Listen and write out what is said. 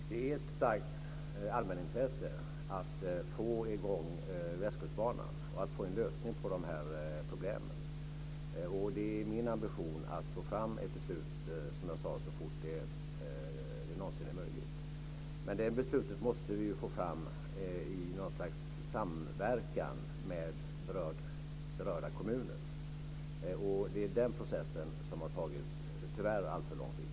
Fru talman! Det är starkt allmänintresse att få i gång trafiken på Västkustbanan och att få en lösning på dessa problem. Det är, som jag sade, min ambition att få fram ett beslut så fort som det någonsin är möjligt. Vi måste dock få till stånd detta beslut i något slags samverkan med berörda kommuner, och det är den processen som tyvärr har tagit alltför lång tid.